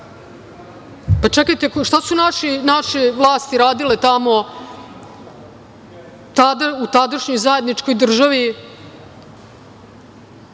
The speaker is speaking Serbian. Čekajte, šta su naše vlasti radile tamo u tadašnjoj zajedničkoj državi,